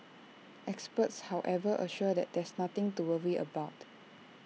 experts however assure that there's nothing to worry about